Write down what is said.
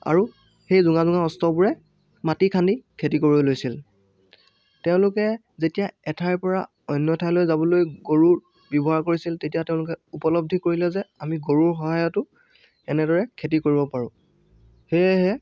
আৰু সেই জোঙা জোঙা অস্ত্ৰবোৰে মাটি খান্দি খেতি কৰিব লৈছিল তেওঁলোকে যেতিয়া এঠাইৰপৰা অন্য এঠাইলৈ যাবলৈ গৰুৰ ব্যৱহাৰ কৰিছিল তেতিয়া তেওঁলোকে উপলব্ধি কৰিলে যে আমি গৰুৰ সহায়তো এনেদৰে খেতি কৰিব পাৰোঁ সেয়েহে